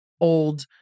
old